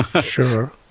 Sure